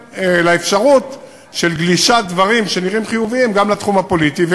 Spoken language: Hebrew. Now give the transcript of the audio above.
לאפשרות של גלישת דברים שנראים חיוביים גם לתחום פוליטי.